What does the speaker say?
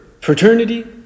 fraternity